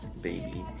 baby